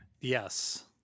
Yes